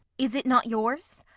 is it not yours?